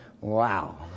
Wow